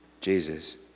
Jesus